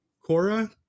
Cora